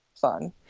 fun